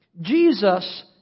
Jesus